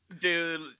Dude